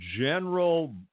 general